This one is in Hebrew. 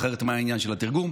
אחרת מה העניין של התרגום?